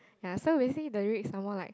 ya so basically the lyrics are more like